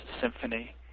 symphony